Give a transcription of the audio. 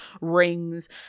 rings